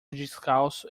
descalço